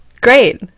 Great